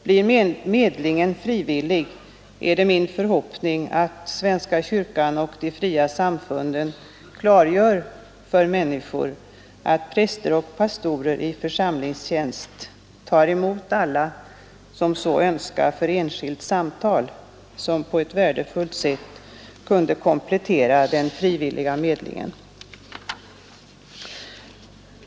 Blir medlingen frivillig, är det min förhoppning att svenska kyrkan och de fria samfunden klargör för människor att präster och pastorer i församlingstjänst tar emot alla som så önskar för enskilt samtal, som på ett värdefullt sätt kunde komplettera den frivilliga medlingen.